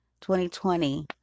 2020